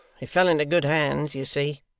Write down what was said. it fell into good hands, you see